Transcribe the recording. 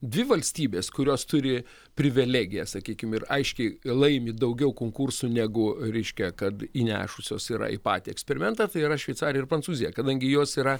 dvi valstybės kurios turi privilegiją sakykim ir aiškiai laimi daugiau konkursų negu reiškia kad įnešusios yra į patį eksperimentą tai yra šveicarija ir prancūzija kadangi jos yra